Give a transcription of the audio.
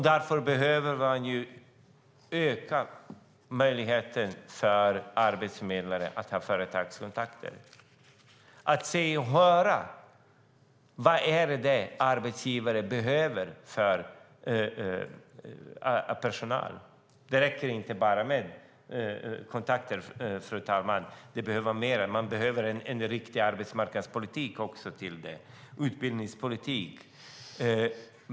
Därför behöver man öka möjligheten för arbetsförmedlare att ha företagskontakter. Det handlar om att se och höra vad arbetsgivare behöver för personal. Det räcker inte bara med kontakter. Det behövs mer. Det behövs en riktig arbetsmarknadspolitik och en utbildningspolitik.